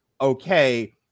Okay